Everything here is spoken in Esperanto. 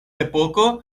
epoko